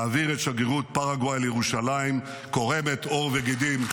להעביר את שגרירות פרגוואי לירושלים קורמת עור וגידים,